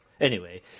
Anyway